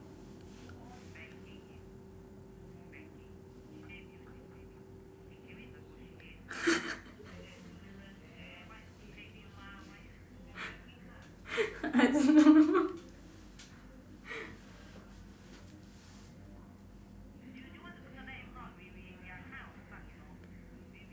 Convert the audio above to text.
I don't know